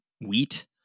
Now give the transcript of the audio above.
wheat